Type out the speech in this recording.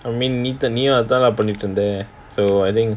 I mean நீயும் அதான் பண்ணிட்டு இருந்த:neeyum athaan pannittu iruntha so I think